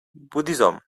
buddhism